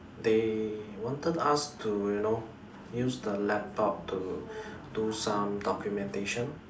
they wanted us to you know use the laptop to do some documentation